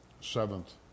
seventh